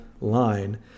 line